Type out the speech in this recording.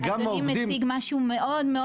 וגם העובדים --- אדוני מציג משהו מאוד מאוד